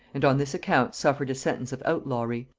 and on this account suffered a sentence of outlawry.